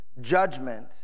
judgment